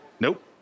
Nope